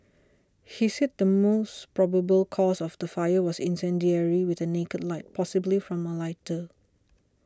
he said the most probable cause of the fire was incendiary with a naked light possibly from a lighter